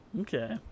Okay